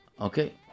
Okay